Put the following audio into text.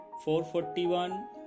441